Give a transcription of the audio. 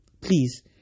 Please